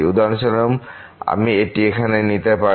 উদাহরণস্বরূপ আমি এটি এখানে নিতে পারি